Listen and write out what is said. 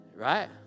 right